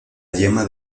yema